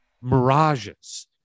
mirages